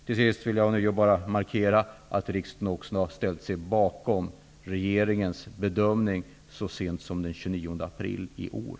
Till sist vill jag ånyo markera att riksdagen också ställt sig bakom regeringens bedömning så sent som den 29 april i år.